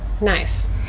Nice